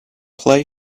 play